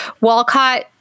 Walcott